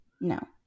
No